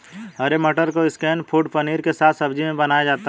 हरे मटर को snack food paneer के साथ सब्जी में बनाया जाता है